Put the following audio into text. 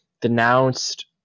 denounced